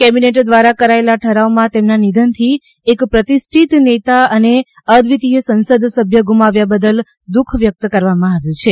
cabinet દ્વારા કરાયેલા ઠરાવમાં તેમના નિધનથી એક પ્રતિષ્ઠિત નેતા અને અદ્વિતીય સંસદ સભ્ય ગુમાવ્યા બદલ દુખ વ્યક્ત કરવામાં આવ્યું છે